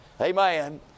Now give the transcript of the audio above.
Amen